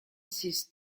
six